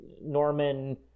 Norman